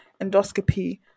endoscopy